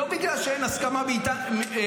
לא בגלל שאין הסכמה אצלנו,